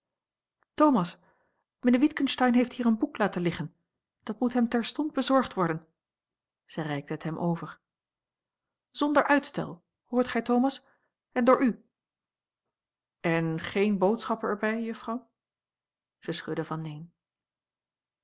thomas mijnheer witgensteyn heeft hier een boek laten liggen dat moet hem terstond bezorgd worden zij reikte het hem over zonder uitstel hoort gij thomas en door u en geene boodschap er bij juffrouw zij schudde van neen